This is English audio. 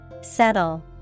Settle